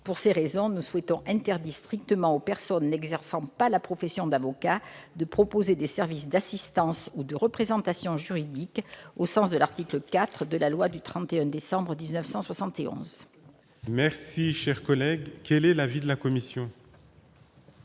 Pour ces raisons, nous souhaitons interdire strictement aux personnes n'exerçant pas la profession d'avocat de proposer des services d'assistance ou de représentation juridique au sens de l'article 4 de la loi du 31 décembre 1971. Quel est l'avis de la commission ?